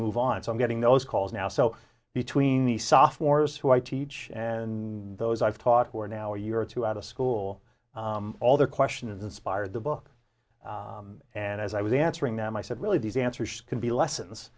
move on so i'm getting those calls now so between the sophomores who i teach and those i've taught who are now a year or two out of school all their questions inspired the book and as i was answering them i said really these answers can be lessons